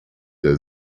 der